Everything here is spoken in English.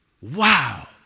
Wow